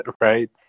right